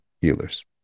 healers